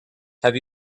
have